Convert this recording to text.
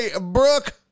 Brooke